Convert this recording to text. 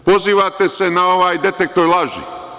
Pozivate se na ovaj detektor laži.